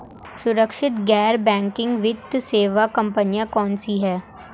सुरक्षित गैर बैंकिंग वित्त सेवा कंपनियां कौनसी हैं?